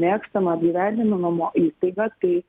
mėgstamą apgyvendinimo mo įstaigą tai